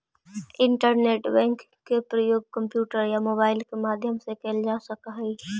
internet banking के प्रयोग computer या मोबाइल के माध्यम से कैल जा सकऽ हइ